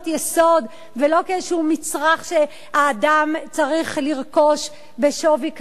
יסוד ולא כאיזשהו מצרך שהאדם צריך לרכוש בשווי כספי,